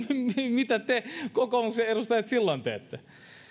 mitä te kokoomuksen edustajat silloin teette